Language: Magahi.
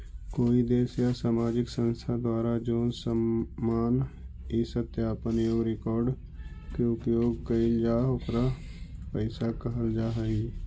कोई देश या सामाजिक संस्था द्वारा जोन सामान इ सत्यापन योग्य रिकॉर्ड के उपयोग कईल जा ओकरा पईसा कहल जा हई